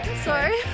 sorry